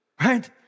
Right